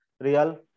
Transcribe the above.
Real